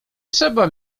trzeba